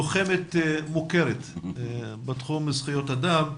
לוחמת מוכרת בתחום זכויות אדם,